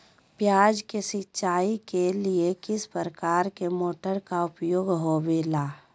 प्याज के सिंचाई के लिए किस प्रकार के मोटर का प्रयोग होवेला?